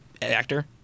actor